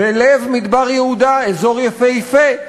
בלב מדבר יהודה, אזור יפהפה,